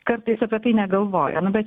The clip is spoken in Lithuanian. kartais apie tai negalvoja nu bet